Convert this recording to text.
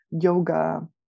yoga